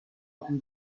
and